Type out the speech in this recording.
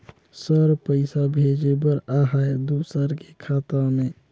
Sir पइसा भेजे बर आहाय दुसर के खाता मे?